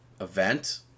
event